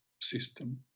system